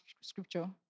scripture